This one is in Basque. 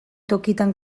tokitan